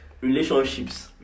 Relationships